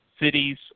Cities